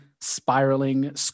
spiraling